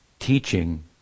teaching